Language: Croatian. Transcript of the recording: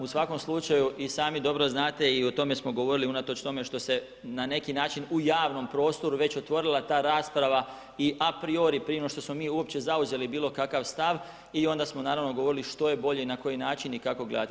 U svakom slučaju i sami dobro znate, i o tome smo govorili unatoč tome što se na neki način u javnom prostoru već otvorila ta rasprava i a priori, prije nego smo mi uopće zauzeli bilo kakav stav i onda smo naravno govorili što je bolje i na koji način i kako gledati.